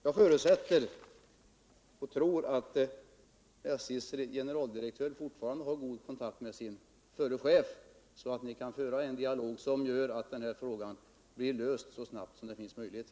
Jag förutsätter att SJ:s generaldirektör fortfarande har god kontakt med sin att öka hörbarheten av Radio Östergötlands sändningar förre chef, så att ni kan föra en dialog som gör att den här frågan blir löst så snart som det finns möjlighet.